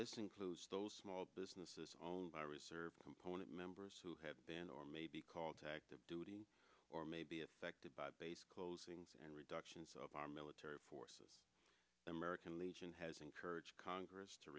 includes those small businesses owned by reserve component members who have been or may be called to active duty or may be affected by base closings and reductions of our military forces american legion has encouraged congress to